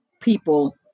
people